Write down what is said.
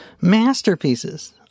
masterpieces